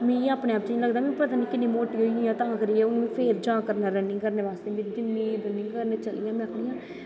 मिगी अपनें आप च लगदा पता नी किन्नी मोटी होई आं तां करियै हून फिर जा करनां रनिंग करन में जा करनां